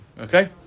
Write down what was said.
Okay